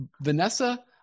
Vanessa